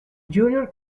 junior